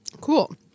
Cool